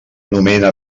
anomena